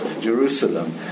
Jerusalem